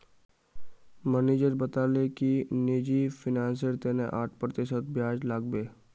manager बताले कि निजी फिनांसेर तने आठ प्रतिशत ब्याज लागबे